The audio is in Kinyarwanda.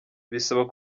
bisaba